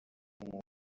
umuntu